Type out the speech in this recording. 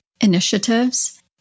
initiatives